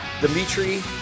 dimitri